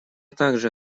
также